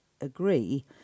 agree